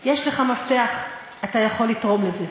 יש לך מפתח, אתה יכול לתרום לזה.